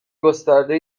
گسترده